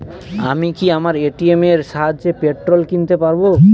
আমি কি আমার এ.টি.এম এর সাহায্যে পেট্রোল কিনতে পারব?